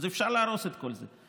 אז אפשר להרוס את כל זה.